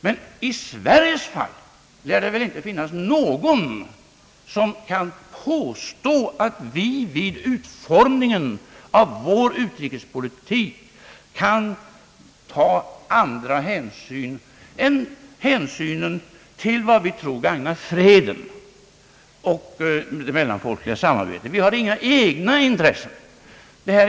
Men i Sveriges fall lär det väl inte finnas någon som kan påstå att vi vid utformningen av vår utrikespolitik skall ta andra hänsyn än hänsynen till vad vi tror skall gagna freden och det mellanfolkliga samarbetet. Vi har inga egna intressen.